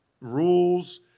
rules